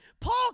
Paul